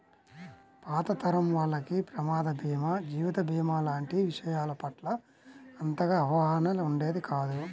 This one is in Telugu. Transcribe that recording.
పాత తరం వాళ్లకి ప్రమాద భీమా, జీవిత భీమా లాంటి విషయాల పట్ల అంతగా అవగాహన ఉండేది కాదు